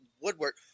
woodwork